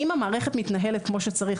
אם המערכת מתנהלת כמו שצריך,